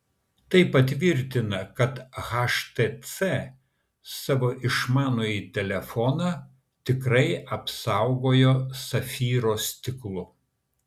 tai patvirtina kad htc savo išmanųjį telefoną tikrai apsaugojo safyro stiklu